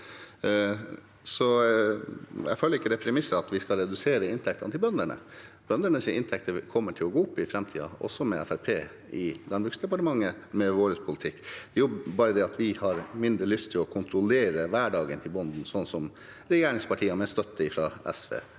Jeg følger ikke det premisset – at vi skal redusere inntektene til bøndene. Bøndenes inntekter kommer til å gå opp i framtiden, også med Fremskrittspartiet i Landbruks- og matdepartementet, med vår politikk. Det er bare det at vi har mindre lyst til å kontrollere hverdagen til bonden, sånn som regjeringspartiene, med støtte fra SV,